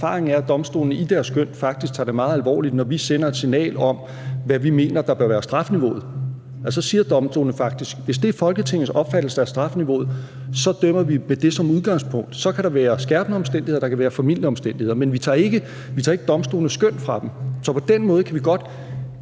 bekræfte – at domstolene i deres skøn faktisk tager det meget alvorligt, når vi sender et signal om, hvad vi mener der bør være strafniveauet. Så siger domstolene faktisk: Hvis det er Folketingets opfattelse af strafniveauet, så dømmer vi med det som udgangspunkt. Så kan der være skærpende omstændigheder, og der kan være formildende omstændigheder. Men vi tager ikke domstolenes skøn fra dem. Så på den måde kan vi godt